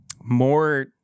More